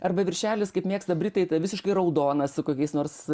arba viršelis kaip mėgsta britai visiškai raudonas su kokiais nors